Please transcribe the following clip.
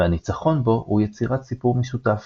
וה"ניצחון" בו הוא יצירת סיפור משותף